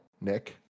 Nick